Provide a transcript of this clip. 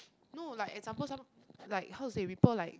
no like example some like how to say ripple like